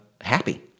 happy